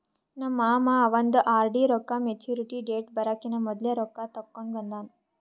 ನಮ್ ಮಾಮಾ ಅವಂದ್ ಆರ್.ಡಿ ರೊಕ್ಕಾ ಮ್ಯಚುರಿಟಿ ಡೇಟ್ ಬರಕಿನಾ ಮೊದ್ಲೆ ರೊಕ್ಕಾ ತೆಕ್ಕೊಂಡ್ ಬಂದಾನ್